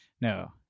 no